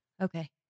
Okay